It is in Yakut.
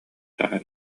таня